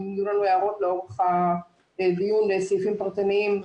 אם יהיו לנו הערות לאורך הדיון על סעיפים פרטניים,